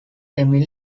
emil